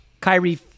Kyrie